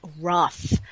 rough